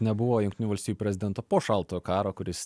nebuvo jungtinių valstijų prezidento po šaltojo karo kuris